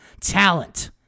talent